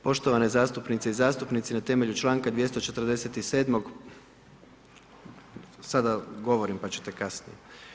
Poštovane zastupnice i zastupnici na temelju čl. 247., sada govorim, pa ćete kasnije.